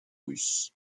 russe